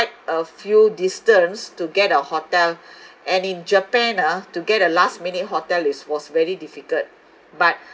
a few distance to get our hotel and in japan ah to get a last minute hotel it was very difficult but